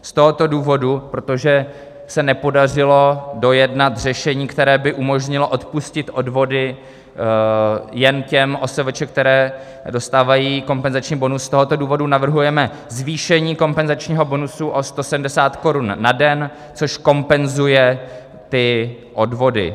Z tohoto důvodu, protože se nepodařilo dojednat řešení, které by umožnilo odpustit odvody jen těm OSVČ, které dostávají kompenzační bonus, z tohoto důvodu navrhujeme zvýšení kompenzačního bonusu o 180 korun na den, což kompenzuje ty odvody.